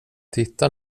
titta